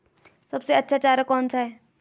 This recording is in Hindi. सबसे अच्छा चारा कौन सा है?